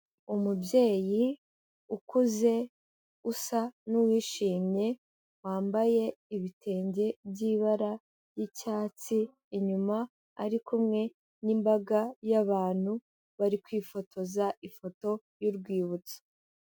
Umubyeyi ukuze usa n'uwishimye wambaye ibitenge by'ibara ry'icyatsi, inyuma ari kumwe n'imbaga y'abantu bari kwifotoza ifoto y'urwibutso.